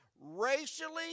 racially